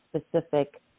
specific